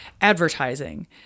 advertising